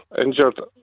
injured